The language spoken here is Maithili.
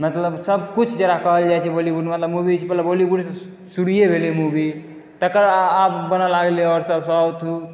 मतलब सबकुछ जकरा कहल जाइ छै बॉलीवुड मतलब मूवीज मतलब शुरुए भेलै मूवी तकरबाद आब बनै लागलै आओर सब साउथ